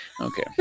Okay